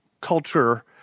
culture